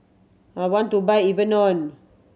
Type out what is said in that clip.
I want to buy Enervon